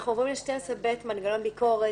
אנחנו עוברים ל-12ב, למנגנון ביקורת.